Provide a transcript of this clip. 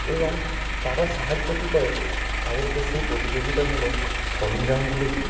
এবং তারা সাহায্যটি করে তাদেরকে সেই প্রতিযোগিতামূলক সরঞ্জামগুলি দিয়ে